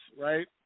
right